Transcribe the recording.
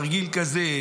תרגיל כזה.